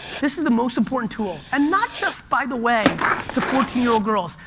this is the most important tool, and not just by the way to fourteen year old girls.